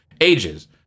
ages